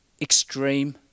extreme